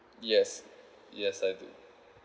yes yes I do